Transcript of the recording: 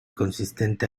consistente